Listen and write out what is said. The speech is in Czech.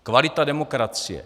Kvalita demokracie.